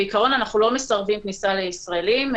בעיקרון אנחנו לא מסרבים כניסה לישראלים.